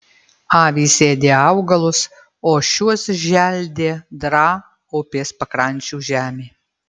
avys ėdė augalus o šiuos želdė draa upės pakrančių žemė